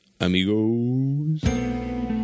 Amigos